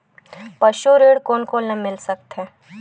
पशु ऋण कोन कोन ल मिल सकथे?